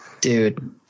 dude